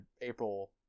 April